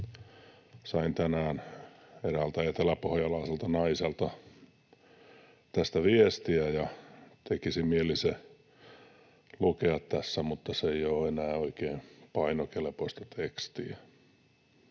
sain tänään eräältä eteläpohjalaiselta naiselta tästä viestiä, ja tekisi mieli se lukea tässä, mutta se ei ole enää oikein painokelpoista tekstiä.